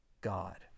God